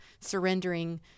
surrendering